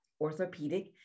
Orthopedic